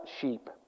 sheep